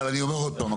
אבל אני אומר עוד פעם,